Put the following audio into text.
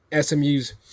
SMU's